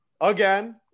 again